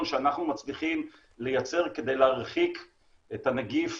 שאנחנו מצליחים לייצר כדי להרחיק את הנגיף